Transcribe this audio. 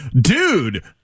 dude